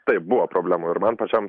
taip buvo problemų ir man pačiam